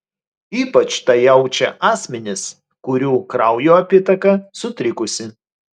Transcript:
ypač tą jaučia asmenys kurių kraujo apytaka sutrikusi